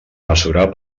mesurar